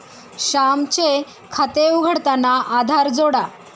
श्यामचे खाते उघडताना आधार जोडा